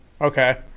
okay